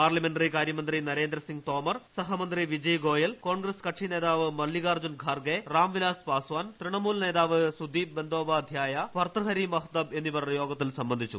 parliamentary കാര്യമന്ത്രി നരേന്ദ്രസിംഗ് തോമർ സഹമന്ത്രി വിജയ് കോൺഗ്രസ് കക്ഷി നേതാവ് മല്ലികാർജ്ജുൻ ഖാർഗെ ഗോയൽ റാംവിലാസ് പാസ്വാൻ തൃണമൂൽ നേതാവ് സുധീപ് ബന്ദോപാധ്യായ ഭർതൃഹരി മഹ്തബ് എന്നിവർ സംബന്ധിച്ചു